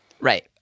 Right